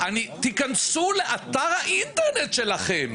תיכנסו לאתר האינטרנט שלכם,